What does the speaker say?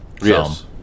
Yes